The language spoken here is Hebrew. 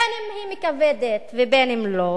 בין שהיא מכבדת ובין שלא,